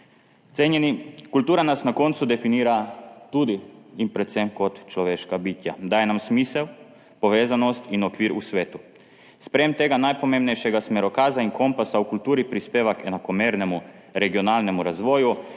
Cenjeni, kultura nas na koncu definira tudi in predvsem kot človeška bitja, daje nam smisel, povezanost in okvir v svetu. Sprejetje tega najpomembnejšega smerokaza in kompasa v kulturi prispeva k enakomernemu regionalnemu razvoju,